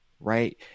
right